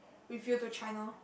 with you to China